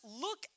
look